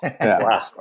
wow